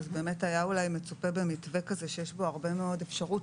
באמת היה אולי מצופה במתווה כזה שיש בו הרבה מאוד אפשרות,